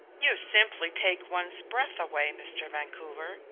you simply take one's breath away, mr. vancouver,